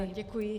Děkuji.